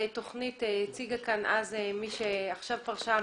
הציגה כאן אז מי שעכשיו פרשה,